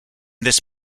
this